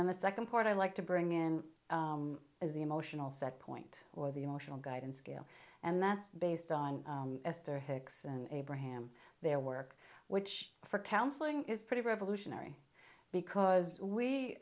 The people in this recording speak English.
then the second part i like to bring in is the emotional set point or the emotional guide and scale and that's based on esther hicks and abraham their work which for counseling is pretty revolutionary because we